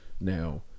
now